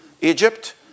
Egypt